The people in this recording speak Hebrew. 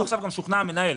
שוכנע המנהל",